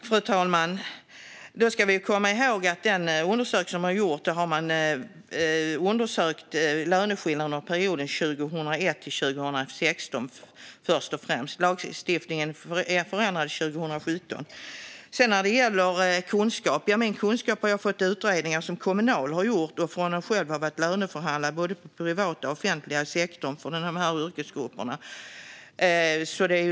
Fru talman! Man ska komma ihåg att i den undersökning som har gjorts undersökte man löneskillnader först och främst under perioden 2001-2016. Lagstiftningen förändrades 2017. Vad gäller min kunskap har jag fått den genom utredningar som Kommunal har gjort och från då jag själv varit löneförhandlare för dessa yrkesgrupper i både privat och offentlig sektor.